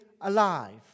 alive